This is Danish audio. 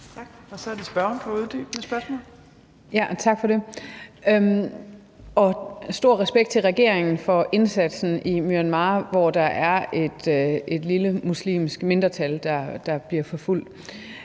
15:08 Mette Hjermind Dencker (DF): Tak for det, og stor respekt til regeringen i forhold til indsatsen i Myanmar, hvor der er et lille muslimsk mindretal, der bliver forfulgt.